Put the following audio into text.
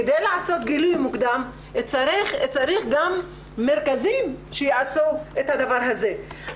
כדי לעשות גילוי מוקדם צריך גם מרכזים שיעשו את הדבר הזה,